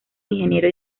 ingeniero